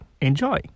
Enjoy